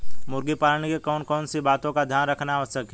मुर्गी पालन के लिए कौन कौन सी बातों का ध्यान रखना आवश्यक है?